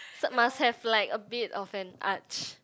must have like a bit of an arch